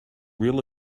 real